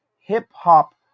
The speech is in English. hip-hop